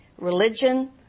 religion